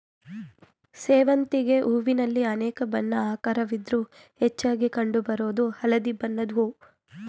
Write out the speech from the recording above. ಸೇವಂತಿಗೆ ಹೂವಿನಲ್ಲಿ ಅನೇಕ ಬಣ್ಣ ಆಕಾರವಿದ್ರೂ ಹೆಚ್ಚಾಗಿ ಕಂಡು ಬರೋದು ಹಳದಿ ಬಣ್ಣದ್ ಹೂವು